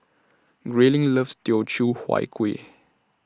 Grayling loves Teochew Huat Kuih